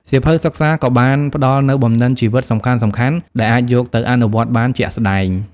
សៀវភៅសិក្សាក៏បានផ្ដល់នូវបំណិនជីវិតសំខាន់ៗដែលអាចយកទៅអនុវត្តបានជាក់ស្តែង។